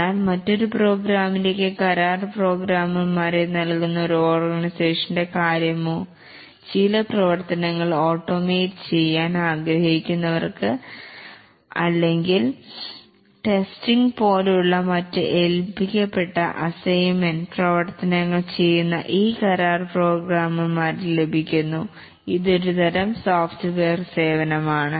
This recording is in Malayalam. എന്നാൽ മറ്റൊരു പ്രോഗ്രാമിലേക്ക് കരാർ പ്രോഗ്രാമർ മാരെ നൽകുന്ന ഒരു ഓർഗനൈസേഷൻ റെ കാര്യമോ ചില പ്രവർത്തനങ്ങൾ ഓട്ടോമേറ്റ് ചെയ്യാൻ ആഗ്രഹിക്കുന്നവർക്ക് കോടി അല്ലെങ്കിൽ ടെസ്റ്റിംഗ് പോലുള്ള മറ്റ് ഏൽപ്പിക്കപ്പെട്ട അസൈമെന്റ് പ്രവർത്തനങ്ങൾ ചെയ്യുന്ന ഈ കരാർ പ്രോഗ്രാമർ മാരെ ലഭിക്കുന്നു ഇതൊരു തരം സോഫ്റ്റ്വെയർ സേവനമാണ്